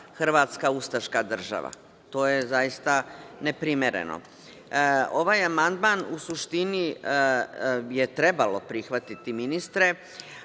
hrvatska ustaška država. To je zaista neprimereno. Ovaj amandman u suštini je trebalo prihvatiti ministre,